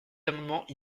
amendements